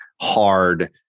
hard